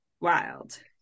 wild